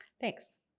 Thanks